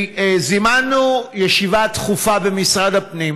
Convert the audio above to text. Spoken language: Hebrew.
זימנו ישיבה דחופה במשרד הפנים,